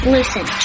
Listen